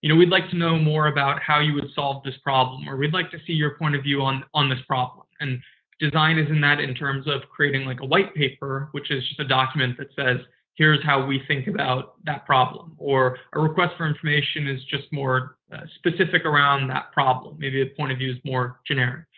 you know we'd like to know more about how you would solve this problem or we'd like to see your point of view on on this problem, and design is in that in terms of creating like a white paper, which is the document that says here's how we think about that problem. or a request for information is just more specific around that problem. maybe a point of view is more generic.